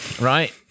right